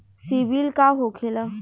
सीबील का होखेला?